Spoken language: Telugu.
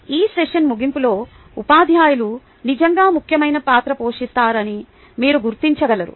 ఈ సెషన్ ముగింపులో ఉపాధ్యాయులు నిజంగా ముఖ్యమైన పాత్ర పోషిస్తారని మీరు గుర్తించగలరు